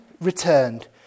returned